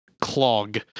clog